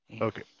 Okay